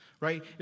Right